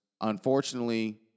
Unfortunately